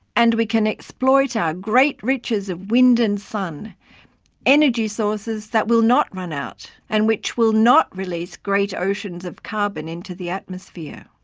and we can exploit our great riches of wind and sun energy sources which will not run out, and which will not release great oceans of carbon into the atmosphere.